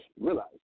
Realize